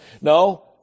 No